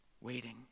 waiting